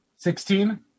Sixteen